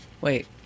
Wait